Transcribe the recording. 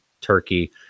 turkey